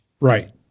Right